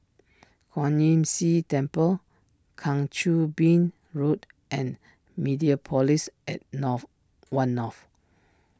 Kwan Imm See Temple Kang Choo Bin Road and Mediapolis at North one North